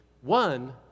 One